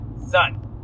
Son